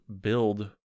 build